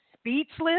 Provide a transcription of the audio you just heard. speechless